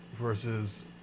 versus